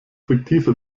fiktive